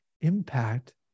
impact